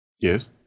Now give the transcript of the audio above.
Yes